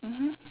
(uh huh)